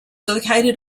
located